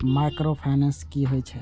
Micro finance कि होई छै?